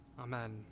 amen